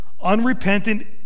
unrepentant